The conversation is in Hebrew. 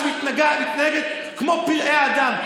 שמתנהגת כמו פראי אדם.